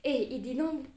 eh it didn't